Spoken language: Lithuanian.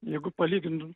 jeigu palygintum